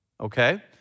okay